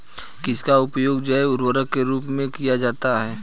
किसका उपयोग जैव उर्वरक के रूप में किया जाता है?